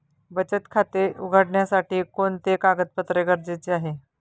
बचत खाते उघडण्यासाठी कोणते कागदपत्रे गरजेचे आहे?